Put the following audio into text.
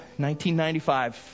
1995